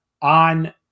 on